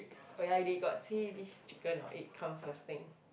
oh ya they got say this chicken or egg come first thing